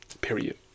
period